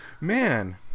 man